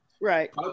Right